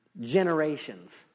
generations